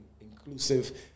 inclusive